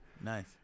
Nice